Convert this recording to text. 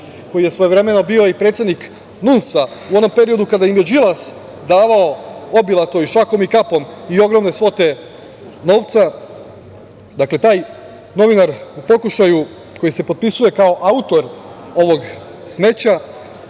koji je svojevremeno bio i predsednik NUNS-a, u onom periodu kada im je Đilas davao obilato, i šakom i kapom, i ogromne svote novca, dakle, taj novinar u pokušaju koji se potpisuje kao autor ovog smeća